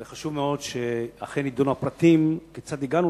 וחשוב מאוד שאכן יידונו הפרטים כיצד הגענו